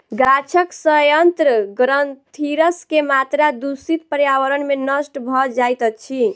गाछक सयंत्र ग्रंथिरस के मात्रा दूषित पर्यावरण में नष्ट भ जाइत अछि